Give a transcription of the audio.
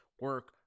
Work